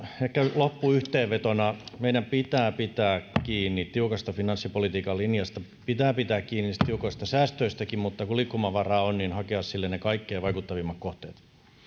ehkä loppuyhteenvetona meidän pitää pitää kiinni tiukasta finanssipolitiikan linjasta pitää pitää kiinni tiukoista säästöistäkin mutta kun liikkumavaraa on pitää hakea sille ne kaikkein vaikuttavimmat kohteet